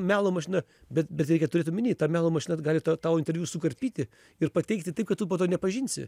melo mašina bet bet reikia turėt omeny ta melo mašina gali tavo interviu sukarpyti ir pateikti taip kad tu po to nepažinsi